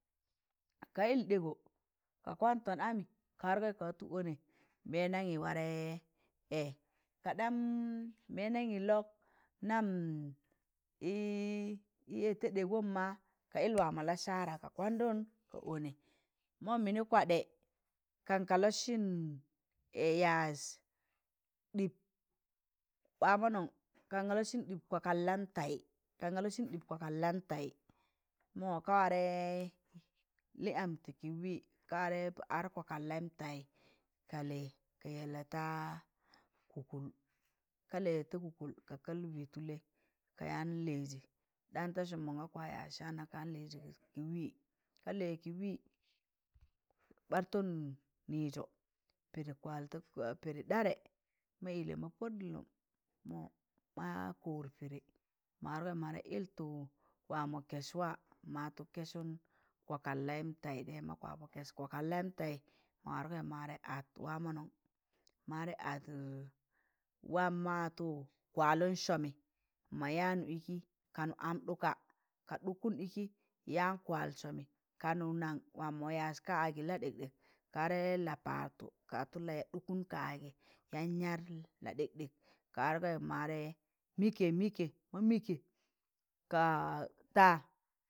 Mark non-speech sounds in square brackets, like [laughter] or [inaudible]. [noise] Ka yịl ɗẹẹgọ ka kwantọn amị ka wargọị ka watọ ọnẹ nbẹndamị warẹ ẹẹ kaaɗam bẹndam lọk nam ị ẹẹ ta dẹẹgọ ma ka yịị waamọ lasara ka kwandụn ka ọnẹ mọ mịnị kwadẹ kan ka lọsịn yaịz dịp wamọnọn [noise] kanga lọsịn ɗịp kwakwal lamtaị kanga lasịn ɗịp kwa kwaltantaị mọ ka warẹ lị am tị kị wịị ka warẹ ar kwakwallamtaị ka yẹẹlẹ ta kụkụl ka kal wịị tụlẹị kayaan lịịzị ɗan ta sụụm mọnga kwa yaịz saana kayaan lịịzị kị wịị ka lịyẹ wịị martọn nịịzọ pịdị kwal ta pịdị darẹ ma ịlẹ ma pọd dịlọ mọ ma mọmụd pịdị ma wargọị ma wa lịtọ waamọ kẹswa ma watọ kẹsụn kwakwallamtaị dẹ ma kwa [noise] pọ kẹs kwakwalamtaị ma wargọị ma at waam ma kwalụn sọọmị ma yaanụ ịkị ka nụ am ɗụka ka ɗụkịn ịkị yan kwal sọọmị kanụ nana waam ma yaịz ka, agị la ɗịkɗịk ka warẹ la paatọ ka watọ la ɗụkụm kaagị yaan yaat laɗịkɗịk ka wargọị ma warẹ mịkkẹ mịịkẹ ma mịịkẹ ka ta.